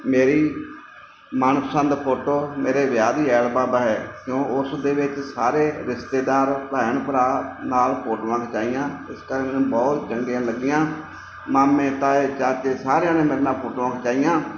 ਮੇਰੀ ਮਨਪਸੰਦ ਫੋਟੋ ਮੇਰੇ ਵਿਆਹ ਦੀ ਐਲਬਮ ਹੈ ਕਿਉਂ ਉਸ ਦੇ ਵਿੱਚ ਸਾਰੇ ਰਿਸ਼ਤੇਦਾਰ ਭੈਣ ਭਰਾ ਨਾਲ ਫੋਟੋਆਂ ਖਿਚਵਾਈਆਂ ਇਸ ਕਰਕੇ ਮੈਨੂੰ ਬਹੁਤ ਚੰਗੀਆਂ ਲੱਗੀਆਂ ਮਾਮੇ ਤਾਏ ਚਾਚੇ ਸਾਰਿਆਂ ਨੇ ਮੇਰੇ ਨਾਲ ਫੋਟੋਆਂ ਖਿਚਵਾਈਆਂ